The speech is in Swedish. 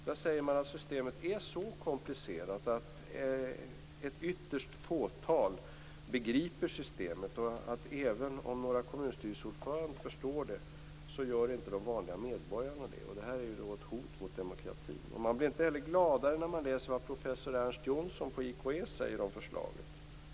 Där säger de att systemet är så komplicerat att ytterst få begriper systemet och att även om några kommunstyrelseordförande förstår det gör inte de vanliga medborgarna det. Det är ett hot mot demokratin. Man blir inte heller gladare när man läser vad professor Ernst Jonsson på IKE säger om förslaget.